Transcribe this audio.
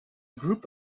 group